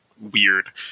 weird